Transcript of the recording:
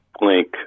link